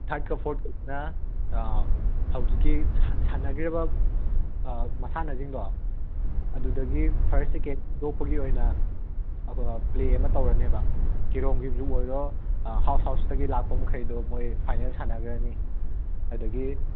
ꯊꯥꯔꯠꯀ ꯐꯣꯔꯠꯀꯁꯤꯅ ꯍꯧꯖꯤꯛꯀꯤ ꯁꯥꯟꯅꯈ꯭ꯔꯤꯕ ꯃꯁꯥꯟꯅꯁꯤꯡꯗꯣ ꯑꯗꯨꯗꯒꯤ ꯐꯥꯔꯁ ꯁꯦꯀꯦꯟ ꯈꯟꯗꯣꯛꯄꯒꯤ ꯑꯣꯏꯅ ꯑꯩꯈꯣꯏꯅ ꯄ꯭ꯂꯦ ꯑꯃ ꯇꯧꯔꯅꯦꯕ ꯀꯦꯔꯣꯝꯒꯤꯕꯨ ꯑꯣꯏꯔꯣ ꯍꯥꯎꯁ ꯍꯥꯎꯁꯇꯒꯤ ꯂꯥꯛꯄ ꯃꯈꯩꯗꯣ ꯃꯣꯏ ꯐꯥꯏꯅꯦꯜ ꯁꯥꯟꯅꯈ꯭ꯔꯅꯤ ꯑꯗꯒꯤ